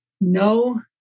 no